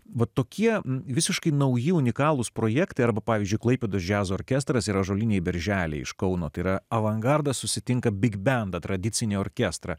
va tokie visiškai nauji unikalūs projektai arba pavyzdžiui klaipėdos džiazo orkestras ir ąžuoliniai berželiai iš kauno yra avangardas susitinka bigbendą tradicinį orkestrą